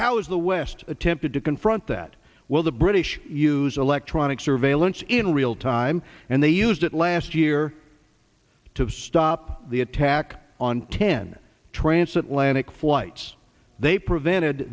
how is the west attempted to confront that well the british use electronic surveillance in real time and they used it last year to stop the attack on ten transatlantic flights they prevented